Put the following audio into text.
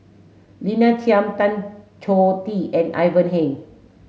Lina Chiam Tan Choh Tee and Ivan Heng